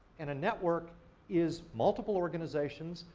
and a network is multiple organizations,